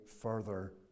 further